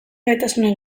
gaitasunen